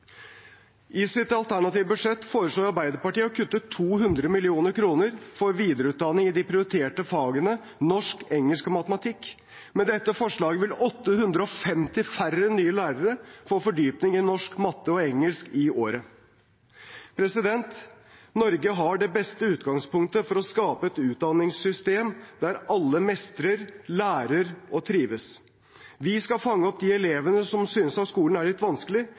I sitt alternative budsjett foreslår Arbeiderpartiet å kutte 200 mill. kr fra videreutdanning i de prioriterte fagene norsk, engelsk og matematikk. Med dette forslaget vil 850 færre nye lærer få fordypning i norsk, matte og engelsk i året. Norge har det beste utgangpunktet for å skape et utdanningssystem der alle mestrer, lærer og trives. Vi skal fange opp de elevene som synes at skolen er litt vanskelig,